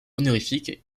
honorifique